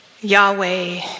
Yahweh